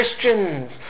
Christians